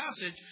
passage